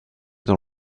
dans